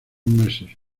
meses